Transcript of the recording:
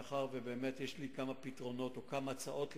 מאחר שבאמת יש לי כמה הצעות לפתרון,